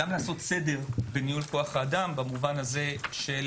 גם לעשות סדר בניהול כוח אדם במובן הזה של